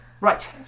Right